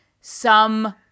some-